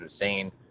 insane